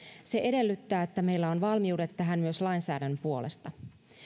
se edellyttää että meillä on valmiudet tähän myös lainsäädännön puolesta